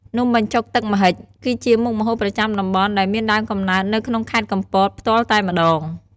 នំបញ្ចុកទឹកម្ហិច គឺជាមុខម្ហូបប្រចាំតំបន់ ដែលមានដើមកំណើតនៅក្នុងខេត្តកំពត ផ្ទាល់តែម្តង។